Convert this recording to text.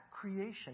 creation